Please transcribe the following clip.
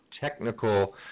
technical